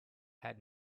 had